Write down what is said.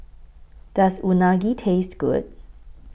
Does Unagi Taste Good